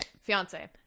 fiance